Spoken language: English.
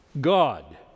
God